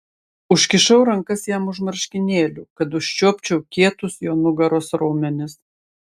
užkišau rankas jam už marškinėlių kad užčiuopčiau kietus jo nugaros raumenis